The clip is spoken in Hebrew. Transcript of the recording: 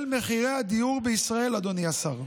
אדוני השר.